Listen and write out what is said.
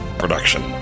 production